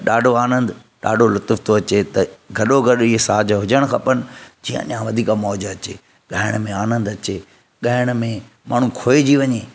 त ॾाढो आनंदु ॾाढो लुत्फ़ु थो अचे त गॾो गॾु इहे साज़ हुजण खपनि जीअं अञां वधीक मौज अचे ॻाइण में आनंदु अचे ॻाइण में माण्हू खोइजी वञें